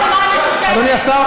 אתה מהרשימה המשותפת.